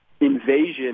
invasion